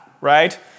right